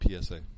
PSA